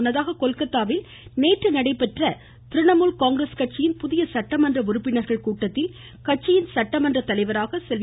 முன்னதாக கொல்கத்தாவில் நேற்று நடைபெற்ற திரிணமுல் காங்கிரஸ் கட்சியின் புதிய சட்டமன்ற உறுப்பினர்கள் கூட்டத்தில் கட்சியின் சட்டமன்ற தலைவராக செல்வி